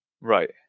Right